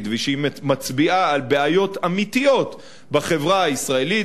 ושהיא מצביעה על בעיות אמיתיות בחברה הישראלית,